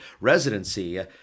residency